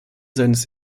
seines